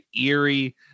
eerie